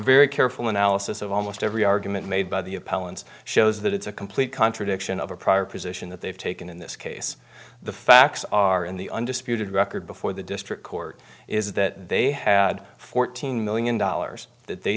very careful analysis of almost every argument made by the appellants shows that it's a complete contradiction of a prior position that they've taken in this case the facts are in the undisputed record before the district court is that they had fourteen million dollars that they